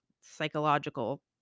psychological